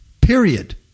period